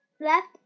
left